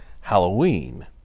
Halloween